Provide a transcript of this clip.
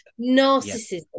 narcissism